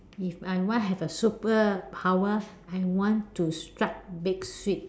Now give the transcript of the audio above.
if I want have a superpower I want to strike big sweep